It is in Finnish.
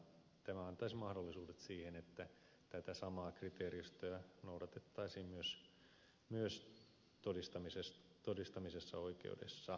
tämä antaisi mahdollisuudet siihen että tätä samaa kriteeristöä noudatettaisiin myös todistamisessa oikeudessa